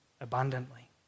abundantly